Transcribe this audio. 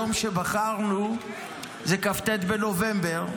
היום שבחרנו זה כ"ט בנובמבר,